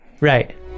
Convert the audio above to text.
Right